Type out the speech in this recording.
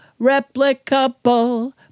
replicable